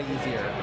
easier